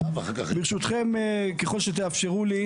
אז ברשותכם, ככל שתאפשרו לי.